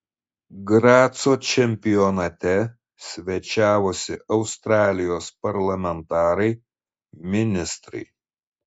graco čempionate svečiavosi australijos parlamentarai ministrai